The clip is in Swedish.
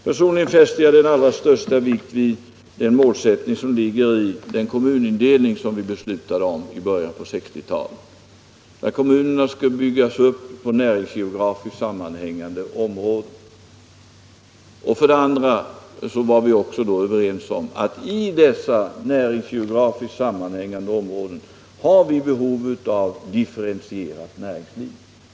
Personligen fäster jag allra största vikt vid den målsättning som ligger i den kommunindelning vi beslutade om i början av 1960-talet och som innebar att kommunerna skall byggas upp på näringsgeografiskt sammanhängande områden. Vi var då också överens om att vi i dessa näringsgeografiskt sammanhängande områden har behov av ett differentierat näringsliv.